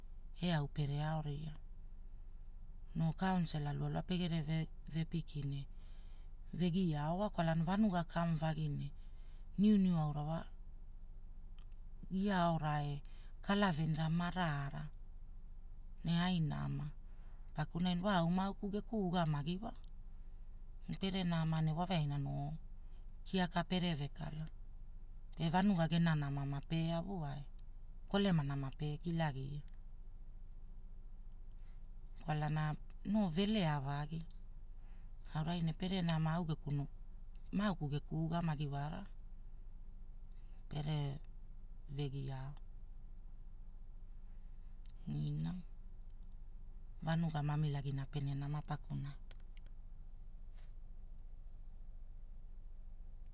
E au pere ao ria. Noo kaonsela lua lua pegere vepiki, vegia ao wa, kwalana venuga kamu vagi ne, niu niu aura wa, ia aorai, kalavenira mara ara, ne ai nama, pakunai wa au ma- auku geku ugamagi wa. Pere nama waveaina kiaka pene vekala, pe vanua gena nama mape avua, kolemana mape kila gia. Kwalana, noo velea vagi, aurai ne pere nama au gekunu, maauku geku ugamagi wara. Pere, vegia, ina, vanua mamilagina pene nama pukunai